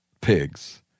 pigs